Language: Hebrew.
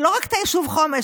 ולא רק את היישוב חומש,